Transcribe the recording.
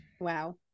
Wow